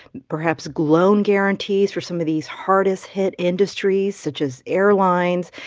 perhaps loan guarantees for some of these hardest-hit industries, such as airlines.